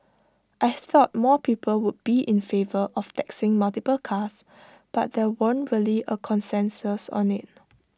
I thought more people would be in favour of taxing multiple cars but there weren't really A consensus on IT